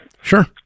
Sure